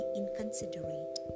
inconsiderate